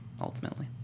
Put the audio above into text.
ultimately